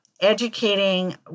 educating